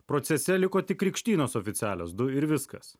procese liko tik krikštynos oficialios du ir viskas